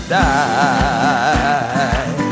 die